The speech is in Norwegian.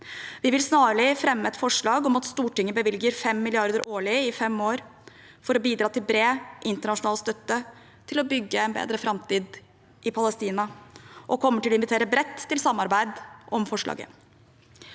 Vi vil snarlig fremme et forslag om at Stortinget bevilger 5 mrd. kr årlig i 5 år for å bidra til bred internasjonal støtte til å bygge en bedre framtid i Palestina, og vi kommer til å invitere bredt til samarbeid om forslaget.